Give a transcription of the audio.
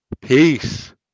Peace